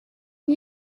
une